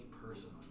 person